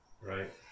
Right